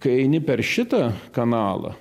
kai eini per šitą kanalą